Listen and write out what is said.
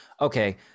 okay